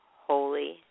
holy